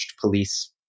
police